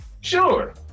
Sure